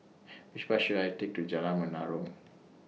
Which Bus should I Take to Jalan Menarong